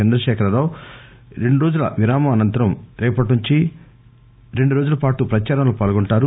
చంద్రశేఖర్రావు రెండు రోజుల వి రామం అనంతరం రేపటి నుంచి రెండు రోజులపాటు ప్రచారంలో పాల్గంటారు